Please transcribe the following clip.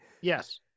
Yes